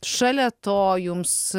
šalia to jums